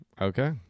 okay